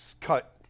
cut